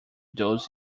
those